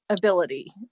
ability